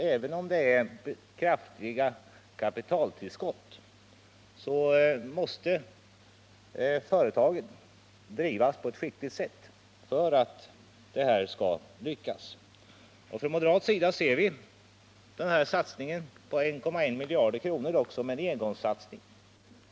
Även om företagen får kraftiga kapitaltillskott måste de drivas på ett skickligt sätt för att det här skall lyckas. Från moderat sida ser vi satsningen på 1,1 miljarder kronor som en engångssatsning.